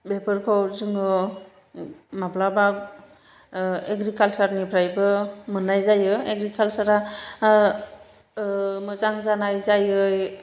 बेफोरखौ जोङो माब्लाबा एग्रिकालसारनिफ्रायबो मोननाय जायो एग्रिकालसारा मोजां जानाय जायै